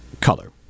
Color